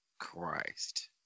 Christ